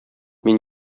мин